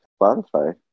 Spotify